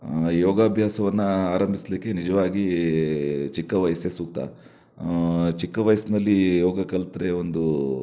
ಯೋಗಾಭ್ಯಾಸವನ್ನು ಆರಂಭಿಸಲಿಕ್ಕೆ ನಿಜವಾಗಿ ಚಿಕ್ಕ ವಯಸ್ಸೇ ಸೂಕ್ತ ಚಿಕ್ಕ ವಯಸ್ಸಿನಲ್ಲಿ ಯೋಗ ಕಲಿತ್ರೆ ಒಂದು